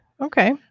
Okay